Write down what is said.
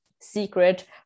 secret